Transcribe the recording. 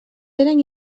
eren